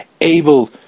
able